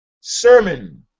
Sermon